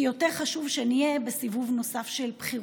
כי יותר חשוב שנהיה בסיבוב נוסף של בחירות.